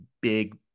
big